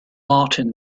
martin